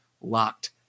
locked